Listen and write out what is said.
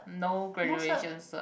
no graduation cert